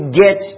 get